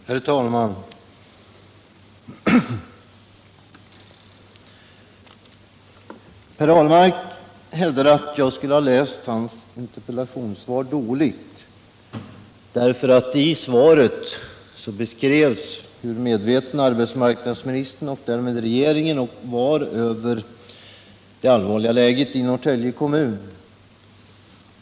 Herr talman! Per Ahlmark hävdar att jag skulle ha läst hans interpellationssvar dåligt och inte lagt märke till att det i svaret beskrivs hur medveten arbetsmarknadsministern och därmed regeringen är om det allvarliga läget i Norrtälje kommun.